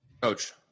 Coach